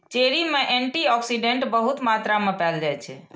cherry मे antioxidant बहुत मात्रा मे पाएल जाइ छै